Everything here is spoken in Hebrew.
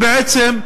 בעצם,